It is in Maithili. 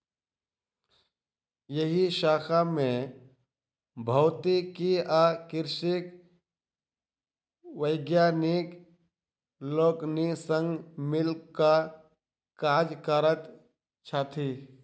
एहि शाखा मे भौतिकी आ कृषिक वैज्ञानिक लोकनि संग मिल क काज करैत छथि